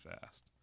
fast